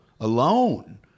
alone